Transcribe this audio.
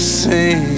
sing